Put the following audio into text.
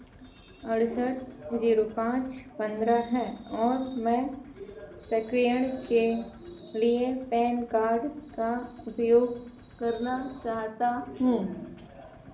अड़सठ जीरो पाँच पंद्रह है और मैं सक्रियण के लिए पैन कार्ड का उपयोग करना चाहता हूँ